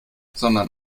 sondern